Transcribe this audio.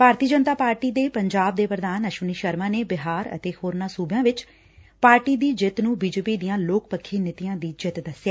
ਭਾਰਤੀ Janata party ਦੇ ਪੰਜਾਬ ਦੇ ਪ੍ਧਾਨ ਅਸ਼ਵਨੀ ਸ਼ਰਮਾ ਨੇ ਬਿਹਾਰ ਅਤੇ ਹੋਰਨਾਂ ਸੂਬਿਆਂ ਵਿਚ ਪਾਰਟੀ ਦੀ ਜਿੱਤ ਨੁੰ ਬੀਜੇਪੀ ਦੀਆਂ ਲੋਕ ਪੱਖੀ ਨੀਤੀਆਂ ਦੀ ਜਿੱਤ ਦਸਿਐ